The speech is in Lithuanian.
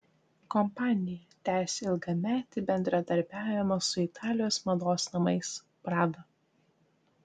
kompanija tęsia ilgametį bendradarbiavimą su italijos mados namais prada